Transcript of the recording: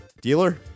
Dealer